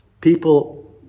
people